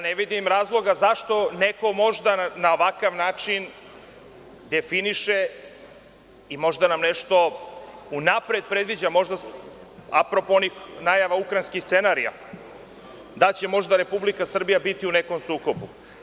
Ne vidim razlog zašto neko na ovakav način definiše i možda nešto unapred predviđa, a pro po onih ukrajinskih scenarija, da će možda Republika Srbija biti u nekom sukobu.